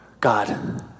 God